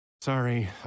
Sorry